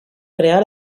crear